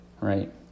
right